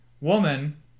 woman